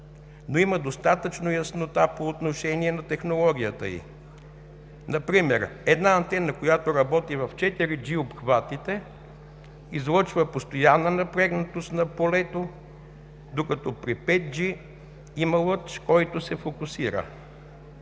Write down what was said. но има достатъчно яснота по отношение на технологията ѝ. Например, една антена, която работи в 4G обхватите, излъчва постоянна напрегнатост на полето, докато при 5G – има лъч, който се фокусира.